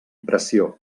pressió